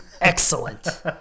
Excellent